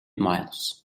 miles